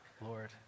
Lord